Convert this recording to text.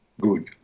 good